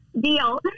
deal